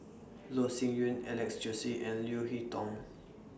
Loh Sin Yun Alex Josey and Leo Hee Tong